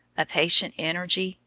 a patient energy,